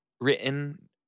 written